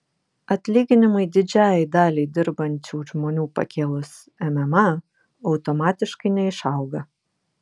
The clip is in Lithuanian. atlyginimai didžiajai daliai dirbančių žmonių pakėlus mma automatiškai neišauga